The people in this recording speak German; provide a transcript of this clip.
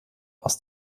aus